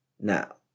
Now